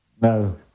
No